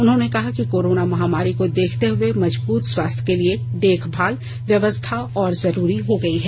उन्होंने कहा कि कोरोना महामारी को देखते हुए मजबूत स्वास्थ्य देखभाल व्यवस्था और जरूरी हो गई है